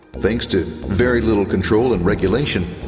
thanks to very little control and regulation,